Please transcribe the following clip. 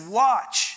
watch